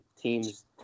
teams